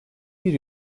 bir